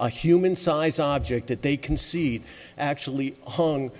a human sized object that they can see actually hoang